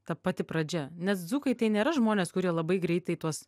ta pati pradžia nes dzūkai tai nėra žmonės kurie labai greitai tuos